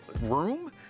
room